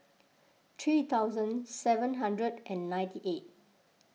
three thousand seven hundred and ninety eight